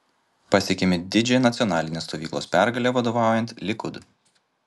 pasiekėme didžią nacionalinės stovyklos pergalę vadovaujant likud